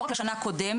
לא רק לשנה קודמת,